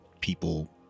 people